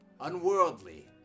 unworldly